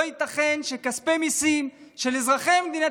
לא ייתכן שכספי המיסים של אזרחי מדינת